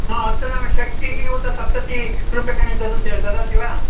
हा अस्तु नाम षष्टिः उत सप्ततिः रूप्यकाणि ददाति ददाति वा